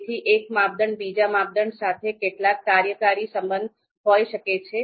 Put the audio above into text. તેથી એક માપદંડ બીજા માપદંડ સાથે કેટલાક કાર્યકારી સંબંધ હોઈ શકે છે